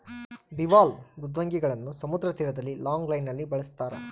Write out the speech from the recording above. bivalve ಮೃದ್ವಂಗಿಗಳನ್ನು ಸಮುದ್ರ ತೀರದಲ್ಲಿ ಲಾಂಗ್ ಲೈನ್ ನಲ್ಲಿ ಬೆಳಸ್ತರ